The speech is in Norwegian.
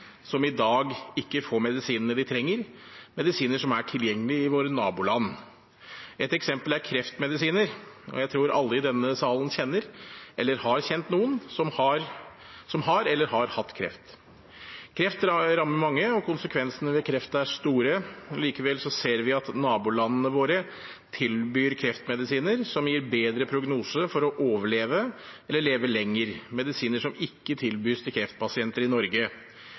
som i dag ikke får medisinene de trenger, medisiner som er tilgjengelig i våre naboland. Et eksempel er kreftmedisiner, og jeg tror alle i denne salen kjenner eller har kjent noen som har eller har hatt kreft. Kreft rammer mange, og konsekvensene ved kreft er store. Likevel ser vi at nabolandene våre tilbyr kreftmedisiner som gir bedre prognose for å overleve eller leve lenger – medisiner som ikke tilbys til kreftpasienter i Norge.